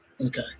Okay